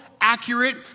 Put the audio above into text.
accurate